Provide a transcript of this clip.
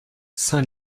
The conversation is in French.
saint